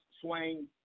Swain